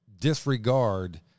disregard